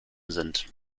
sind